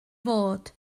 fod